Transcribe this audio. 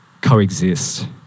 coexist